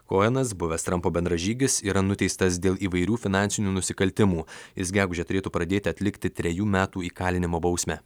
kojenas buvęs trampo bendražygis yra nuteistas dėl įvairių finansinių nusikaltimų jis gegužę turėtų pradėti atlikti trejų metų įkalinimo bausmę